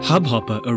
Hubhopper